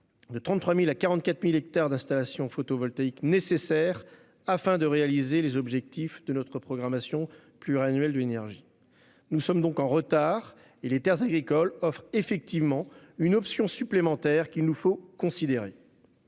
33 000 et 44 000 hectares d'installations de ce type pour atteindre les objectifs de notre programmation pluriannuelle de l'énergie. Nous sommes donc en retard et les terres agricoles offrent bien une option supplémentaire qu'il nous faut considérer,